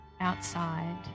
outside